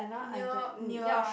near near right